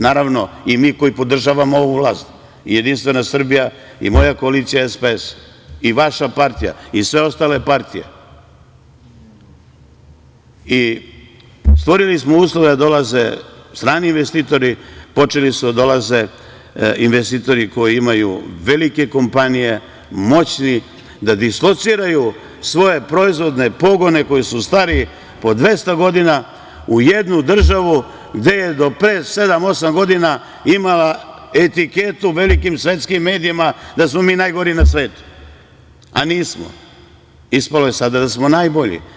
Naravno, i mi koji podržavamo ovu vlast, JS i moja koalicija SPS i vaša partija i sve ostale partije i stvorili smo uslove da dolaze strani investitori, počeli su da dolaze investitori koji imaju velike kompanije, moćni, da dislociraju svoje proizvodne pogone koji su stari po dvesta godina u jednu državu gde je do pre sedam, osam godina imala etiketu u velikim svetskim medijima da smo mi najgori na svetu, a nismo, ispalo je sada da smo najbolji.